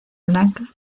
blanca